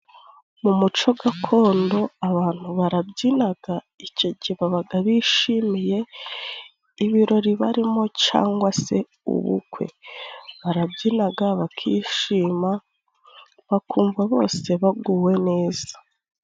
Mu muco gakondo abantu barabyinaga, ico gihe babaga bishimiye ibirori barimo cangwa se ubukwe, barabyinaga bakishima bakumva bose baguwe neza.